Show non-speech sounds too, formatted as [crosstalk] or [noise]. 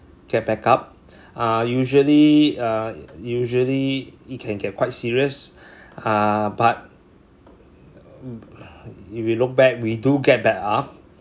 get back up uh usually uh usually it can get quite serious [breath] uh but if you look back we do get back up